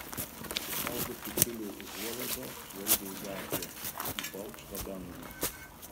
atitraukusi tiulio užuolaidą žvelgia į gatvę į balkšvą dangų